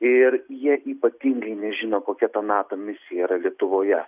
ir jie ypatingai nežino kokia to nato misija yra lietuvoje